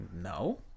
no